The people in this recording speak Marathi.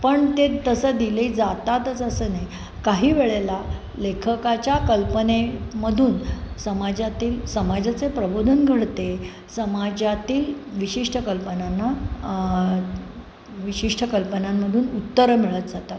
पण ते तसं दिले जातातच असं नाही काही वेळेला लेखकाच्या कल्पनेमधून समाजातील समाजाचे प्रबोधन घडते समाजातील विशिष्ट कल्पनांना विशिष्ट कल्पनांमधून उत्तरं मिळत जातात